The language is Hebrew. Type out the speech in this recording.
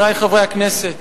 חברי חברי הכנסת,